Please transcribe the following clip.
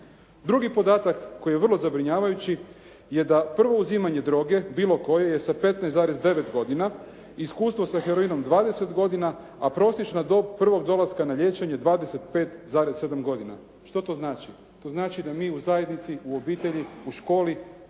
Drugi podatak koji je vrlo zabrinjavajući je da prvo uzimanje droge bilo koje je sa 15,9 godina, iskustvo sa heroinom 20 godina, a prosječna dob prvog dolaska na liječenje 25,7 godina. Što to znači? To znači da mi u zajednici u obitelji, u školi